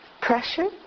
Pressure